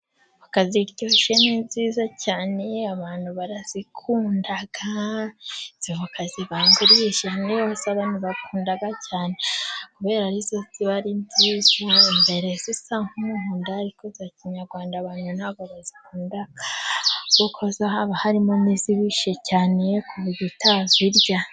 Avoka ziryoshye ni nziza cyane, abantu barazikunda izi voka zibangurije ni zo abantu bakunda cyane, kubera ari zo ziba ari nziza, imbere zisa n'umuhondo, ariko iza kinyarwanda abantu ntibazikunda, kuko zo haba harimo n'izibishye cyane ku buryo utazirya.